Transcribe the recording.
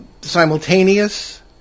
simultaneous